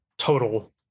total